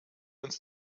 uns